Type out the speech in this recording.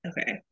okay